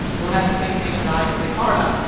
who had the same name as i, jose parla,